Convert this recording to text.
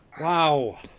Wow